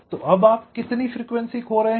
तो अब आप कितनी फ्रीक्वेंसी खो रहे हैं